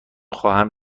خواهم